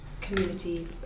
community